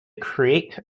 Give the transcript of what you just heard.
create